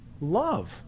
love